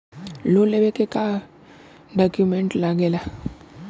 Loan लेवे के का डॉक्यूमेंट लागेला?